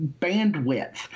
bandwidth